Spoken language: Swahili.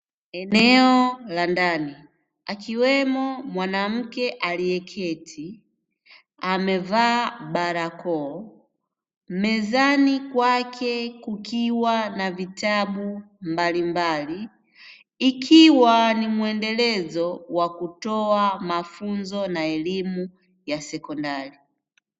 Eneo la ndani akiwemo mwanamke aliyeketi amevaa barakoa, mezani kwake kukiwa na vitabu mbalimbali, ikiwa ni mwendelezo wa kutoa mafunzo na elimu ya sekondari.